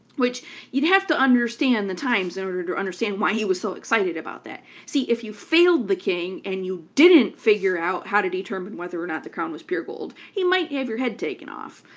which you'd have to understand the times in order to understand why he was so excited about that. see, if you failed the king and you didn't figure out how to determine whether or not the crown was pure gold, he might have your head taken off.